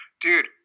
Dude